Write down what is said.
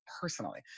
personally